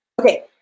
Okay